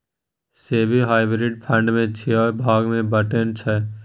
SEBI hybrid fund केँ छओ भाग मे बँटने छै